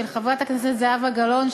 של חברת הכנסת זהבה גלאון,